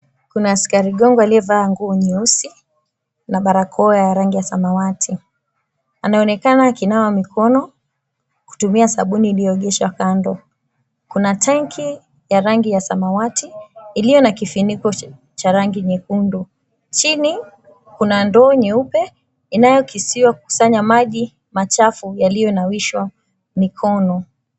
Kuna askari gongo aliyevaa nguo nyeusi na barakoa ya rangi ya samawati. Anaonekana akinawa mikono, kutumia sabuni iliyoegeshwa kando. Kuna tanki ya rangi ya samawati iliyo na kifuniko cha rangi nyekundu. Chini kuna ndoo nyeupe inayokisiwa kukusanya maji machafu yaliyonawishwa mikono.